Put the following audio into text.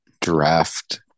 draft